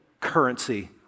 currency